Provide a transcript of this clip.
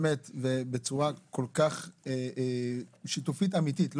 באמת, בצורה כל כך שיתופית אמיתית.